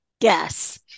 Yes